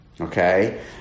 Okay